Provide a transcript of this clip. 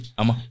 ama